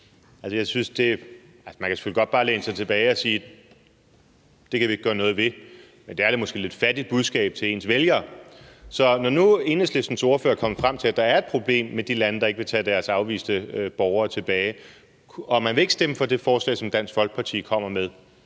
Man kan selvfølgelig godt bare læne sig tilbage og sige, at det kan vi ikke gøre noget ved. Men det er måske et lidt fattigt budskab til ens vælgere. Så når nu Enhedslistens ordfører kommer frem til, at der er et problem med de lande, der ikke vil tage deres afviste borgere tilbage, og man ikke vil stemme for det forslag, som Dansk Folkeparti kommer med,